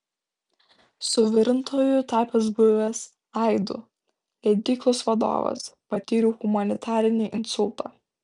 suvirintoju tapęs buvęs aidų leidyklos vadovas patyriau humanitarinį insultą